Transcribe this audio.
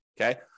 Okay